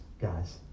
guys